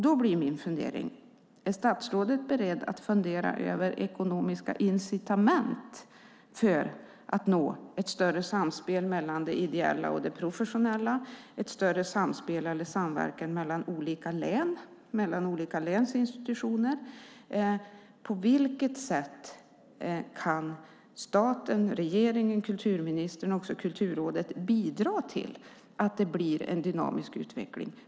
Då blir min fundering: Är statsrådet beredd att fundera över ekonomiska incitament för att nå ett större samspel mellan det ideella och det professionella och ett större samspel eller en större samverkan mellan olika län, mellan olika läns institutioner? På vilket sätt kan staten, regeringen, kulturministern och Kulturrådet bidra till att det blir en dynamisk utveckling?